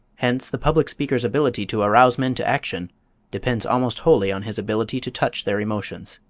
hence the public speaker's ability to arouse men to action depends almost wholly on his ability to touch their emotions.